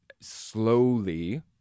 slowly